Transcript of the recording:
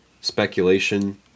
speculation